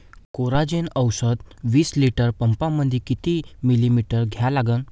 Coragen औषध विस litre पंपामंदी किती मिलीमिटर घ्या लागन?